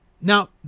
now